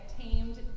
tamed